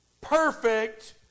perfect